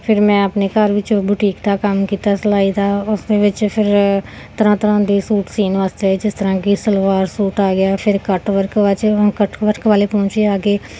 ਫਿਰ ਮੈਂ ਆਪਣੇ ਘਰ ਵਿੱਚ ਬੁਟੀਕ ਦਾ ਕੰਮ ਕੀਤਾ ਸਿਲਾਈ ਦਾ ਉਸਦੇ ਵਿੱਚ ਫਿਰ ਤਰ੍ਹਾਂ ਤਰ੍ਹਾਂ ਦੇ ਸੂਟ ਸੀਣ ਵਾਸਤੇ ਜਿਸ ਤਰ੍ਹਾਂ ਕਿ ਸਲਵਾਰ ਸੂਟ ਆ ਗਿਆ ਫਿਰ ਕੱਟ ਵਰਕ ਬਾਅਦ 'ਚੋਂ ਹੁਣ ਕੱਟ ਵਰਕ ਵਾਲੇ ਪੌਂਚੇ ਆ ਗਏ